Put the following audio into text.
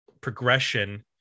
progression